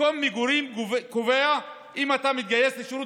מקום המגורים קובע אם אתה מתגייס לשירות